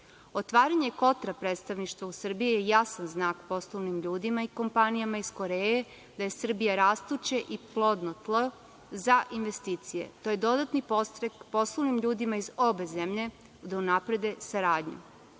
Otvaranje „Kotra“ predstavništva u Srbiji je jasan znak poslovnim ljudima i kompanijama iz Koreje da je Srbija rastuće i plodno tlo za investicije. To je dodatni podstrek poslovnim ljudima iz obe zemlje da unaprede saradnju. Na